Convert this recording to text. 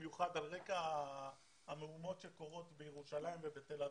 במיוחד על רקע המהומות שקורות בירושלים ובתל אביב,